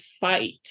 fight